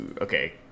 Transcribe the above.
Okay